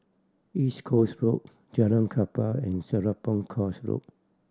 East Coast Road Jalan Klapa and Serapong Course Road